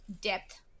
depth